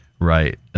right